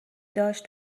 داشت